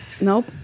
nope